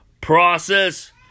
process